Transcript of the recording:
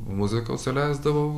muziką užsileisdavau